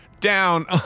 Down